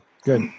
Good